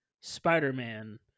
Spider-Man